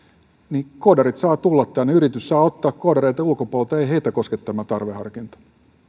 niin koodarit saavat tulla tänne yritys saa ottaa koodareita ulkopuolelta ei heitä koske tämä tarveharkinta